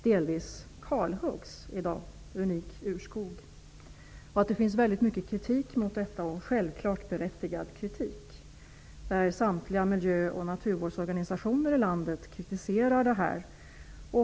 Delar av denna unika urskog kalhuggs nu. Landets samtliga miljö och naturvårdsorganisationer kritiserar nu skarpt denna avvverkning.